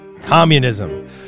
communism